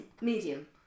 Medium